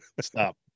Stop